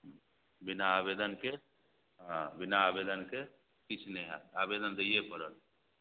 बिना आवेदनके हँ बिना आवेदनके किछु नहि हैत आवेदन दैए पड़त